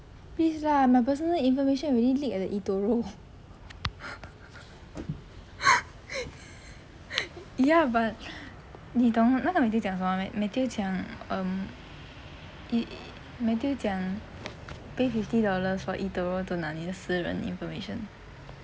please lah my personal information already leak at the eToro ya but 你懂那个 matthew 讲什么吗 matthew 讲 um !ee! matthew 讲 pay fifty dollars for eToro to 拿你的私人 information